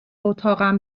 اتاقم